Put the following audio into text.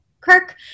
Kirk